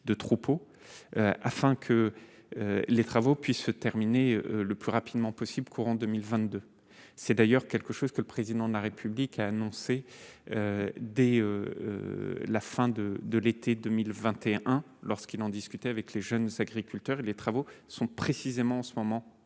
de 2 troupeaux afin que les travaux puissent se terminer le plus rapidement possible courant 2022, c'est d'ailleurs quelque chose que le président de la République a annoncé dès la fin de de l'été 2021 lorsqu'il en discuter avec les jeunes s'agriculteurs et les travaux sont précisément en ce moment